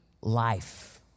life